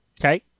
Okay